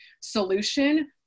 solution